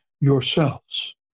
yourselves